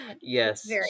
Yes